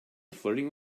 flirting